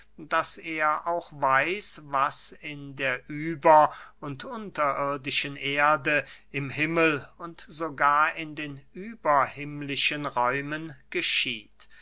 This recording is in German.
daß er auch weiß was in der über und unterirdischen erde im himmel und sogar in den überhimmlischen räumen geschieht